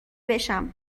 بشم